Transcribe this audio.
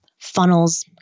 funnels